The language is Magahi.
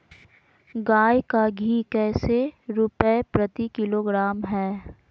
गाय का घी कैसे रुपए प्रति किलोग्राम है?